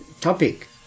topic